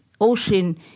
ocean